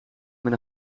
met